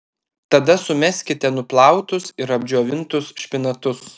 tada sumeskite nuplautus ir apdžiovintus špinatus